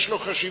יש לזה חשיבות,